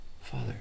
Father